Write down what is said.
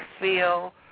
feel